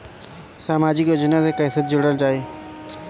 समाजिक योजना से कैसे जुड़ल जाइ?